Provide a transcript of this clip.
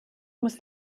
muss